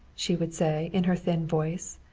she would say in her thin voice.